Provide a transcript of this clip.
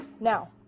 now